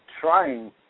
trying